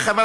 חבר